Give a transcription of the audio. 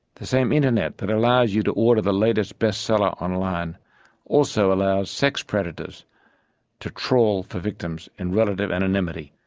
the same internet that allows you to order the latest bestseller online also allows sex predators to trawl for victims in relative anonymity.